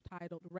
titled